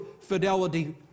fidelity